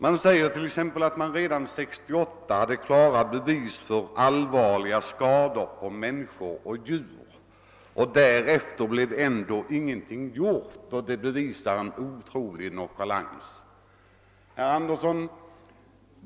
Man säger t.ex. att det redan 1968 fanns klara bevis för allvarliga skador på människor och djur på grund av dessa besprutningar och ändå blev ingenting gjort och att detta visar en otrolig nonchalans.